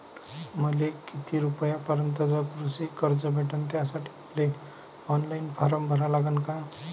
मले किती रूपयापर्यंतचं कृषी कर्ज भेटन, त्यासाठी मले ऑनलाईन फारम भरा लागन का?